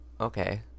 Okay